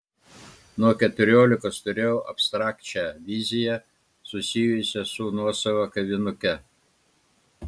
nuo keturiolikos turėjau abstrakčią viziją susijusią su nuosava kavinuke